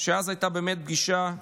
אז הייתה באמת פגישה קטנה.